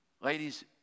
Ladies